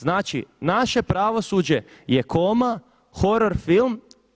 Znači, naše pravosuđe je koma, horor film.